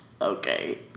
Okay